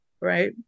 right